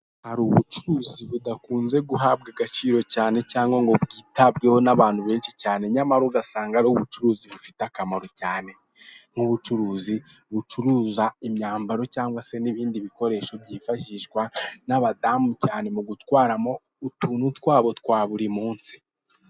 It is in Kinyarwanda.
Hari ubucuruzi budakunze guhabwa agaciro cyane cyangwa ngo bwitabweho n'abantu benshi cyane nyamara ugasanga ari ubucuruzi bufite akamaro cyane nk'ubucuruzi bucuruza imyambaro cyangwa se nibindi bikoresho byifashishwa n'abadamu cyane mugutwaramo utuntu twabo twa buri munsi.